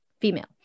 female